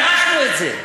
אנחנו דרשנו את זה.